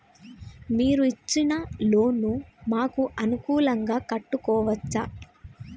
మీరు ఇచ్చిన లోన్ ను మాకు అనుకూలంగా కట్టుకోవచ్చా?